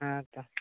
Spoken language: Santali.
ᱦᱮᱸᱛᱚ